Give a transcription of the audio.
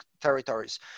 territories